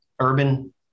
urban